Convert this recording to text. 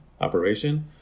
operation